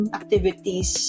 activities